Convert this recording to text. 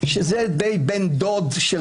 אתם המצפן שלה.